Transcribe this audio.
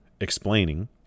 explaining